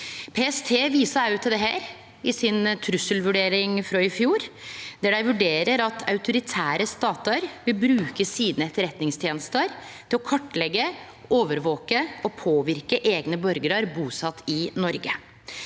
PST viser òg til dette i si trusselvurdering frå i fjor, der dei vurderer at autoritære statar vil bruke sine etterretningstenester til å kartleggje, overvake og påverke eigne borgarar busette i Noreg.